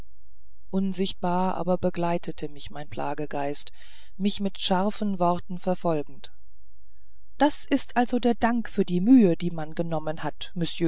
unsichtbar aber geleitete mich mein plagegeist mich mit scharfen worten verfolgend das ist also der dank für die mühe die man genommen hat